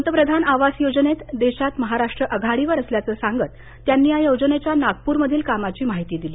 पंतप्रधान आवास योजनेत देशात महाराष्ट्र आघाडीवर असल्याचं सांगत त्यांनी या योजनेच्या नागपूरमधील कामाची माहिती दिली